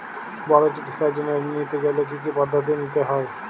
বড় চিকিৎসার জন্য ঋণ নিতে চাইলে কী কী পদ্ধতি নিতে হয়?